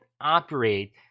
operate